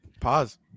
Pause